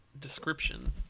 description